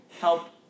help